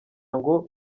ngo